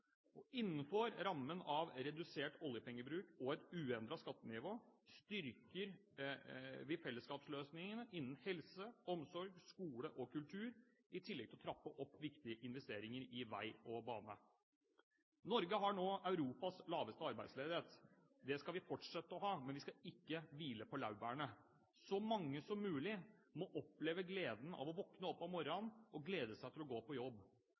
2011. Innenfor rammen av redusert oljepengebruk og et uendret skattenivå styrker vi fellesskapsløsningene innen helse, omsorg, skole og kultur – i tillegg til å trappe opp viktige investeringer i vei og bane. Norge har nå Europas laveste arbeidsledighet. Det skal vi fortsette å ha, men vi skal ikke hvile på laurbærene. Så mange som mulig må oppleve gleden av å våkne opp om morgenen og glede seg til å gå på jobb,